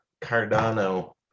Cardano